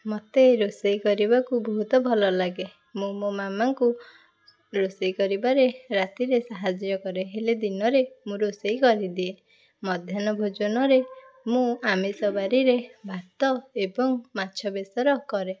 ମୋତେ ରୋଷେଇ କରିବାକୁ ବହୁତ ଭଲ ଲାଗେ ମୁଁ ମୋ ମାମାଙ୍କୁ ରୋଷେଇ କରିବାରେ ରାତିରେ ସାହାଯ୍ୟ କରେ ହେଲେ ଦିନରେ ମୁଁ ରୋଷେଇ କରିଦିଏ ମଧ୍ୟାହ୍ନ ଭୋଜନରେ ମୁଁ ଆମିଷ ବାରିରେ ଭାତ ଏବଂ ମାଛ ବେସର କରେ